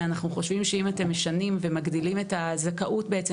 ואנחנו חושבים שאם אתם משנים ומגדילים את הזכאות בעצם,